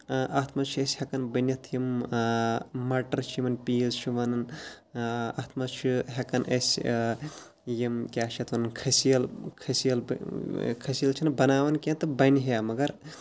اَتھ منٛز چھِ أسۍ ہٮ۪کان بٔنِتھ یِم مَٹر چھِ یِمَن پیٖز چھِ وَنان اَتھ منٛز چھِ ہٮ۪کان اَسہِ یِم کیٛاہ چھِ اَتھ وَنان کھٔسیٖلہٕ کھٔسیٖلہٕ کھٔسیٖلہٕ چھِنہٕ بَناوان کینٛہہ تہٕ بَنہِ ہا مگر